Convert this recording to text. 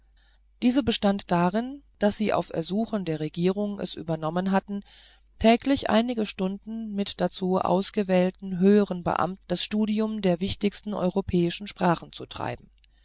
diese bestand darin daß sie auf ersuchen der regierung es übernommen hatten täglich einige stunden mit dazu ausgewählten höheren beamten das studium der wichtigsten europäischen sprachen zu treiben